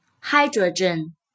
Hydrogen